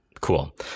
cool